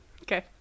Okay